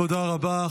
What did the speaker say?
תודה רבה.